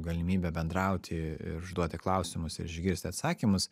galimybę bendrauti ir užduoti klausimus ir išgirsti atsakymus